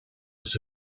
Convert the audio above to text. was